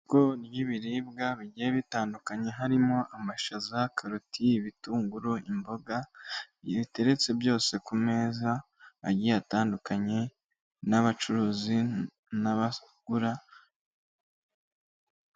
Isoko ry'biribwa bigiye bitandukanye harimo amashaza, karoti, ibitunguru, imboga biteretse byose ku meza agiye, atandukanye n'abacuruzi n'abagura.